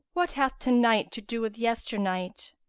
what hath to-night to do with yester-night?